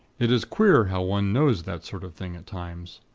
it is queer how one knows that sort of thing at times.